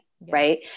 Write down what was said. right